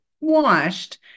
washed